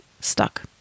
stuck